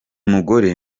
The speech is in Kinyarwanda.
mugore